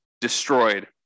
destroyed